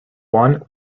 one